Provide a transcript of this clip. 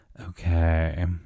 Okay